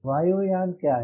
वायु यान क्या है